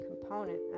component